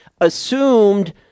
Assumed